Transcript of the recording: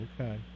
Okay